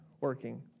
working